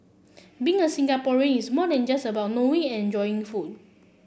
being a Singaporean is more than just about knowing and enjoying food